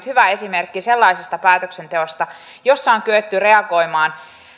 hyvä esimerkki sellaisesta päätöksenteosta jossa on kyetty reagoimaan